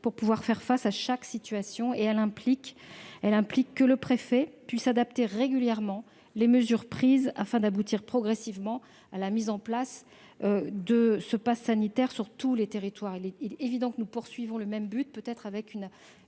pour pouvoir faire face à chaque situation et elle implique que les préfets puissent adapter régulièrement les mesures prises afin d'aboutir progressivement à la mise en place de ce passe vaccinal sur tous les territoires. Il est évident que nous visons le même but, peut-être avec une